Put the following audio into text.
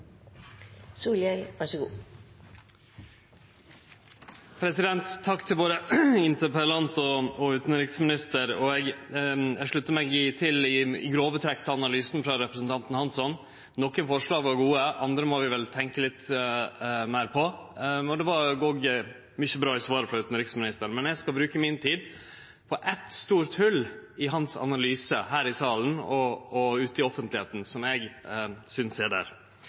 Takk til både interpellanten og utanriksministeren. Eg sluttar meg i grove trekk til analysen til representanten Hansson. Nokre forslag var gode, andre må vi vel tenkje litt meir på. Det var òg mykje bra i svaret frå utanriksministeren, men eg skal bruke tida mi på eitt stort hòl i hans analyse her i salen og ute i offentlegheita som eg synest er der.